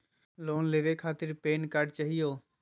Loan लेवे खातीर PAN card चाहियो?